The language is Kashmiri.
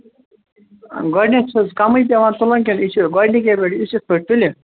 گۄڈنٮ۪تھ چھُس حظ کَمٕے پٮ۪وان تُلُن کِنہٕ یہِ چھُ گۄڈنِکے پٮ۪ٹھٕ یُس یِتھٕ پٲٹھۍ تُلہِ